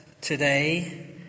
today